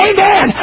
Amen